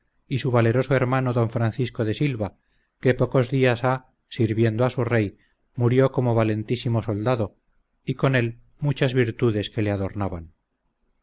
y su valeroso hermano don francisco de silva que pocos días ha sirviendo a su rey murió como valentísimo soldado y con él muchas virtudes que le adornaban